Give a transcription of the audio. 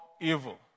evil